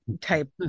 type